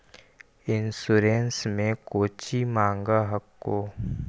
Insurance मे कौची माँग हको?